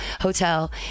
Hotel